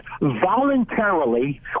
voluntarily